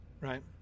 Right